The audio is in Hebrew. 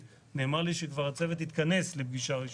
נאמר לי שכבר הצוות התכנס לפגישה ראשונה.